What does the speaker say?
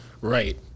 Right